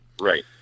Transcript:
Right